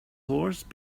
horse